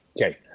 Okay